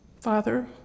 father